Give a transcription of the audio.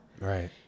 Right